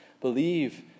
Believe